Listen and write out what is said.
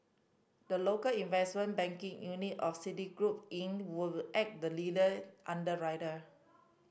the local investment banking unit of Citigroup Inc will act the lead underwriter